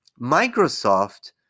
Microsoft